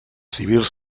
civils